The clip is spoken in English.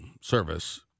service